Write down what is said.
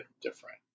different